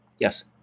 Yes